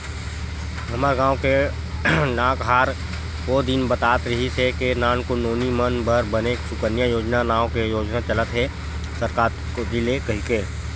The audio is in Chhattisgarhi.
हमर गांव के डाकहार ओ दिन बतात रिहिस हे के नानकुन नोनी मन बर बने सुकन्या योजना नांव ले योजना चलत हे सरकार कोती ले कहिके